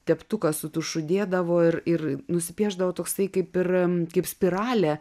teptuką su tušu dėdavo ir ir nusipiešdavo toksai kaip ir kaip spiralė